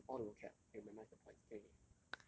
memorize all vocab and memorize the points can already